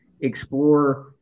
explore